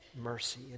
mercy